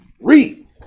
Read